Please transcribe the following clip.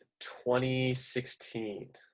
2016